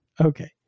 Okay